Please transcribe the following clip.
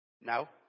Now